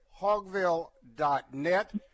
Hogville.net